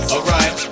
Alright